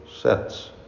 sets